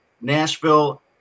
Nashville